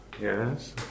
Yes